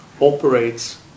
operates